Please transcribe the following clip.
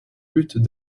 lutte